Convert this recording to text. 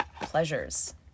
pleasures